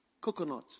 coconut